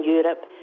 Europe